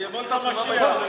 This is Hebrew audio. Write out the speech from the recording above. נכון, זו הזהות היהודית.